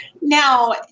Now